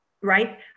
right